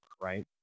right